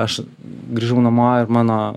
aš grįžau namo ir mano